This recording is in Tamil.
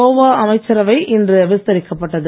கோவா அமைச்சரவை இன்று விஸ்தரிக்கப்பட்டது